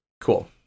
Cool